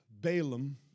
Balaam